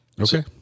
Okay